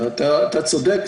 אתה צודק,